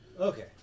Okay